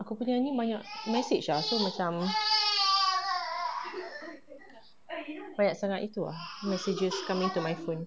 aku punya ni banyak message ah macam banyak sangat itu ah messages coming to my phone